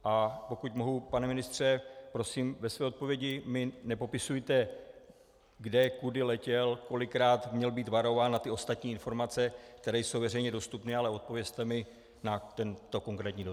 A pokud mohu, pane ministře, prosím, ve své odpovědi mi nepopisujte, kde kudy letěl, kolikrát měl být varován a ostatní informace, které jsou veřejně dostupné, ale odpovězte mi na tento konkrétní dotaz.